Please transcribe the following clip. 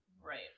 Right